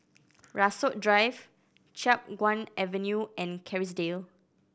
Rasok Drive Chiap Guan Avenue and Kerrisdale